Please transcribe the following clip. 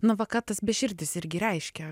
nu va ką tas beširdis irgi reiškia